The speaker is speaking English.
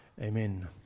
Amen